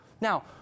Now